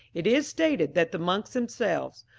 it is stated that the monks themselves,